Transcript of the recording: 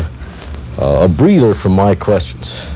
ah breather from my questions.